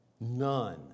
None